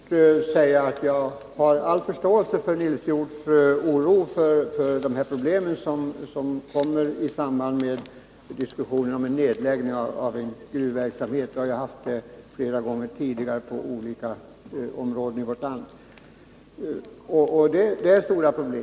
Fru talman! Jag vill bara kort säga att jag har all förståelse för Nils Hjorths oro för de problem som uppkommer i samband med diskussionerna om nedläggning av en gruvverksamhet. Vi har mött detta flera gånger tidigare på olika områden i vårt land, och problemen är stora.